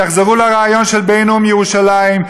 יחזרו לרעיון של בינאום ירושלים.